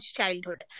childhood